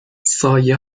سایه